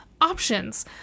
options